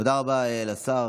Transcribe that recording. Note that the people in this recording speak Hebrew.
תודה רבה לשר.